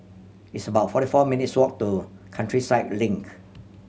it's about forty four minutes' walk to Countryside Link